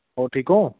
ਹੋਰ ਠੀਕ ਹੋ